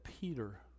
Peter